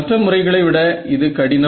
மற்ற முறைகளை விட இது கடினம்